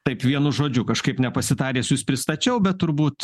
taip vienu žodžiu kažkaip nepasitaręs jus pristačiau bet turbūt